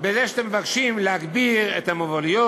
בזה שאתם מבקשים להגביר את המוביליות